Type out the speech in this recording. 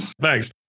Thanks